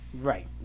Right